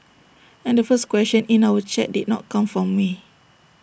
and the first question in our chat did not come from me